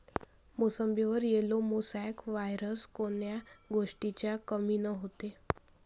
मोसंबीवर yellow mosaic virus कोन्या गोष्टीच्या कमीनं होते?